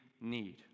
need